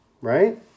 Right